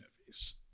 movies